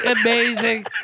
Amazing